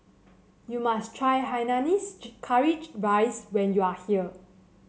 you must try Hainanese Curry Rice when you are here